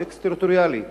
הוא אקסטריטוריאלי,